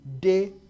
day